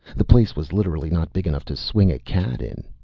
the place was literally not big enough to swing a cat in.